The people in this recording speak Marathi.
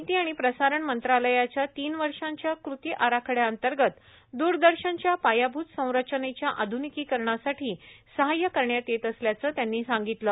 माहिती आणि प्रसारण मंत्रालयाच्या तीन वर्षाच्या कृती आराखड़याअंतर्गतए द्रदर्शनच्या पायाभुत संरचनेच्या आध्निकीकरणासाठी सहाय्य करण्यात येत असल्याचं त्यांनी सांगितलं